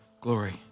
glory